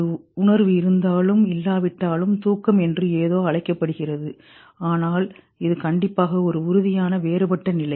ஒரு உணர்வு இருந்தாலும் இல்லாவிட்டாலும் தூக்கம் என்று ஏதோ அழைக்கப்படுகிறதுஆனால் இது கண்டிப்பாக ஒரு உறுதியான வேறுபட்ட நிலை